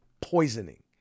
poisoning